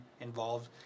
involved